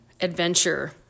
adventure